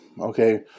okay